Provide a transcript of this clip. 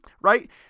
right